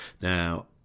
Now